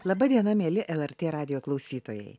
laba diena mieli lrt radijo klausytojai